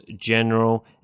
General